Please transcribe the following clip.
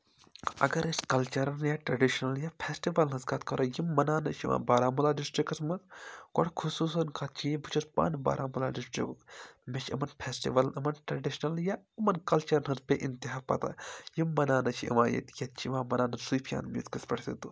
اگر أسۍ کَلچَرَل یا ٹرٛیڈِشنَل یا فیسٹِول ہٕنٛز کَتھ کَرو یِم مَناونہٕ چھِ یِوان بارہمولا ڈِسٹِرٛکَس منٛز گۄڈٕ خصوٗصَن کَتھ چھِ یہِ بہٕ چھُس پانہٕ باراہمُلا ڈِسٹرکُک مےٚ چھِ یِاُمَن فیسٹِول یِمَن ٹرٛیڈِشنَل یا یِمَن کَلچَرَن ہٕنٛز بے اِنتِہا پَتاہ یِم مَناونہٕ چھِ یِوان ییٚتہِ ییٚتہِ چھِ یِوان مَناونہٕ صوٗفیانہٕ میٛوٗزکَس پٮ۪ٹھ تہِ دۄہ